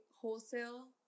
wholesale